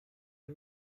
این